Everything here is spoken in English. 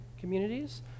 communities